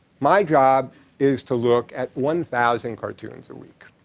my job is to look at one thousand cartoons a week.